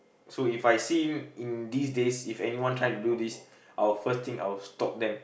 so If I see in these days if anyone try and do this I will first thing I will stop them